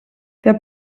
wir